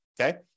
okay